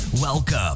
Welcome